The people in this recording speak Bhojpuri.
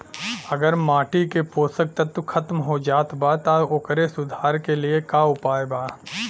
अगर माटी के पोषक तत्व खत्म हो जात बा त ओकरे सुधार के लिए का उपाय बा?